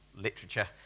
literature